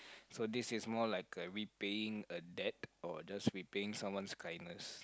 so this is more like a repaying a debt or just repaying someone's kindness